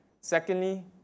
Secondly